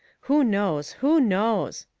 who knows! who knows!